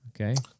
Okay